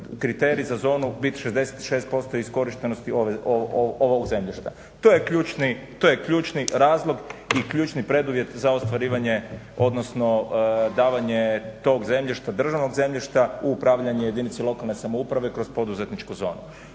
za zonu biti 66% iskorištenosti ovog zemljišta. To je ključni razlog i ključni preduvjet za ostvarivanje odnosno davanje tog zemljišta, državnog zemljišta u upravljanje jedinici lokalne samouprave kroz poduzetničku zonu.